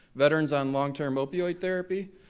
veterans on long-term opioid therapy.